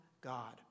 God